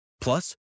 Plus